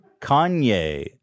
kanye